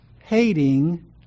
hating